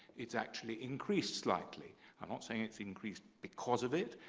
it's actually increased slightly. i'm not saying it's increased because of it,